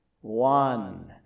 one